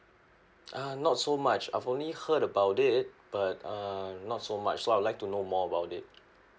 uh not so much I've only heard about it but um not so much so I would like to know more about it